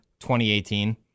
2018